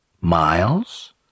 Miles